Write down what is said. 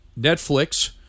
Netflix